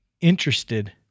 interested